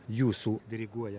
jūsų diriguojama